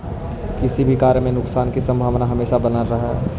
किसी भी कार्य में नुकसान की संभावना हमेशा बनल रहअ हई